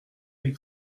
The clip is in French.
des